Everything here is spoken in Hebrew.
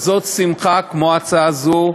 כמו ההצעה הזאת.